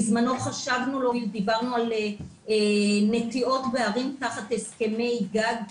בזמנו דיברנו על נטיעות בערים תחת הסכמי גג,